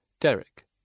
Derek